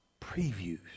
previews